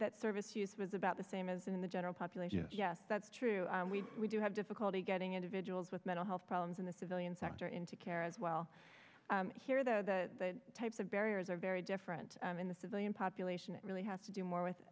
that service use was about the same as in the general population yes that's true we do have difficulty getting individuals with mental health problems in the civilian sector into care as well here though the types of barriers are very different in the civilian population it really has to do more with